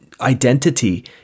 identity